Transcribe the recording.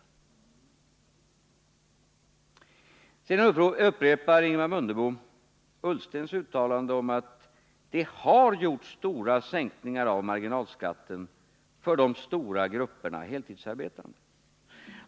Ingemar Mundebo upprepar sedan Ola Ullstens uttalande om att det har gjorts stora sänkningar av marginalskatten för de stora grupperna heltidsarbetande.